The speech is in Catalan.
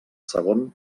segon